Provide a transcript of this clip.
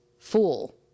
fool